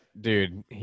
Dude